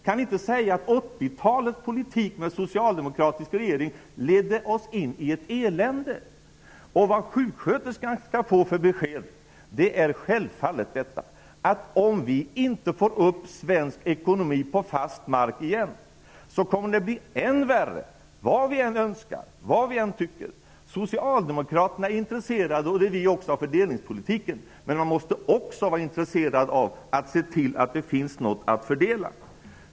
Kan ni inte säga att 80 talets politik med socialdemokratisk regering ledde oss in i ett elände? Sjuksköterskan skall självfallet få följande besked. Om vi inte får upp svensk ekonomi på fast mark igen kommer det att bli än värre, vad vi än önskar och vad vi än tycker. Socialdemokraterna är intresserade -- och det är vi också -- av fördelningspolitiken. Men de måste också vara intresserade av att se till att det finns något att fördela.